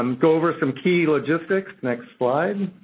um go over some key logistics. next slide.